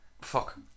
fuck